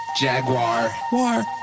Jaguar